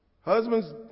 Husband's